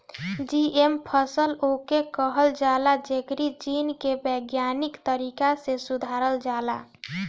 GM फसल उके कहल जाला जेकरी जीन के वैज्ञानिक तरीका से सुधारल जाला